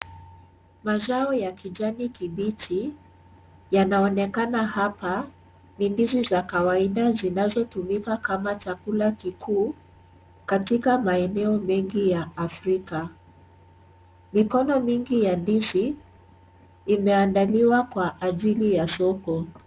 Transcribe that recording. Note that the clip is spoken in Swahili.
Mazao ya kijani kibichi yanaonekana hapa, ni ndizi za kawaida zinazotumika kama chakula kikuu katika maeneo mengi ya kiafrika, mikono mingi ya ndizi imeandaliwa kwa ajili ya soko.